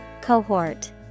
Cohort